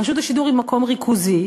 רשות השידור היא מקום ריכוזי,